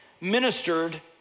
ministered